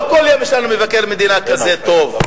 לא כל יום יש לנו מבקר מדינה כזה טוב,